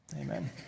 Amen